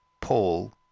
Paul